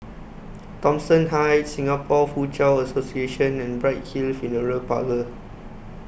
Thomson Heights Singapore Foochow Association and Bright Hill Funeral Parlour